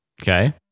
Okay